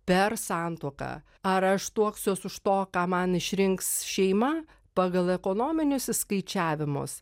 per santuoką ar aš tuoksiuos už to ką man išrinks šeima pagal ekonominius įskaičiavimus